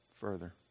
further